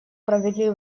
провели